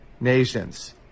nations